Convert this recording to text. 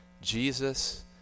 Jesus